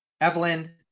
Evelyn